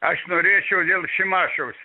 aš norėčiau dėl šimašiaus